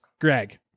greg